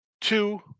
Two